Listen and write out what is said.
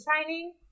Shining